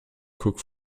cook